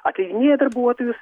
atleidinėja darbuotojus